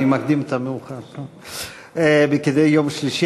י"ז בכסלו התשע"ה